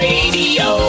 Radio